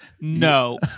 No